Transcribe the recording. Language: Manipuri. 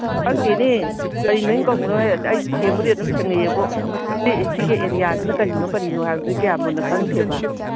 ꯈꯪꯗꯦꯅꯦ ꯀꯔꯤ ꯃꯃꯤꯡ ꯀꯧꯕꯅꯣ ꯑꯩꯁꯨ ꯊꯦꯡꯕꯨꯗꯤ ꯑꯗꯨꯝ ꯊꯦꯡꯅꯩꯌꯦꯕꯨ ꯁꯤꯒꯤ ꯑꯦꯔꯤꯌꯥꯁꯤꯅ ꯀꯔꯤꯅꯣ ꯀꯔꯤꯅꯣ ꯍꯥꯏꯕꯗꯨ ꯀꯌꯥ ꯃꯨꯟꯅ ꯈꯪꯗꯦꯕ